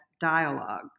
dialogue